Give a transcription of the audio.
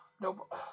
Nope